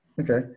Okay